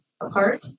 apart